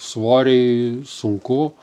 svoriai sunku